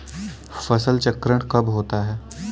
फसल चक्रण कब होता है?